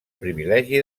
privilegi